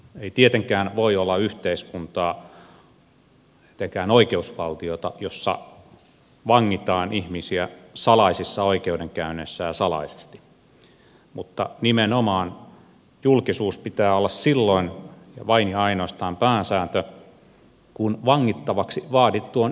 ei tietenkään voi olla yhteiskuntaa etenkään oikeusvaltiota jossa vangitaan ihmisiä salaisissa oikeudenkäynneissä ja salaisesti mutta nimenomaan julkisuuden pitää olla silloin vain ja ainoastaan pääsääntö kun vangittavaksi vaadittu on itse paikalla